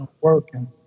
working